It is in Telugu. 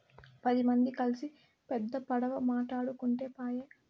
పది మంది కల్సి పెద్ద పడవ మాటాడుకుంటే పాయె